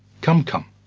come, come,